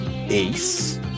Ace